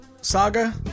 saga